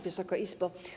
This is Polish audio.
Wysoka Izbo!